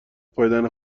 پائیدن